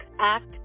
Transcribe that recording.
Act